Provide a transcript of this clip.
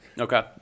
Okay